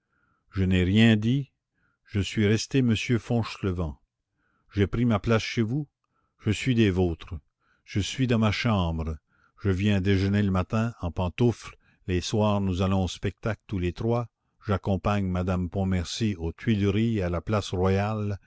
je n'ai rien dit je suis resté monsieur fauchelevent j'ai pris ma place chez vous je suis des vôtres je suis dans ma chambre je viens déjeuner le matin en pantoufles les soirs nous allons au spectacle tous les trois j'accompagne madame pontmercy aux tuileries et à la place royale